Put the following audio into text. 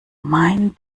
mein